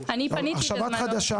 את חדשה